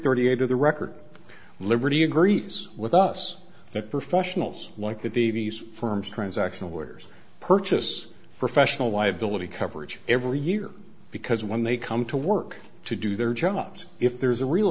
thirty eight of the record liberty agree with us that professionals like that the firm's transactional workers purchase professional liability coverage every year because when they come to work to do their jobs if there's a real